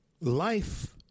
Life